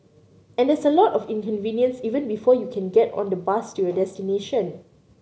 and there's a lot of inconvenience even before you can get on the bus to your destination